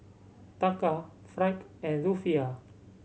Taka franc and Rufiyaa